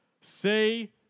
Say